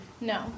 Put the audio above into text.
No